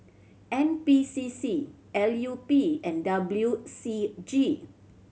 N P C C L U P and W C G